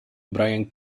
brian